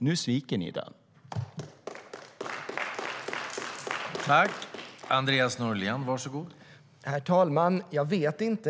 Nu sviker ni den.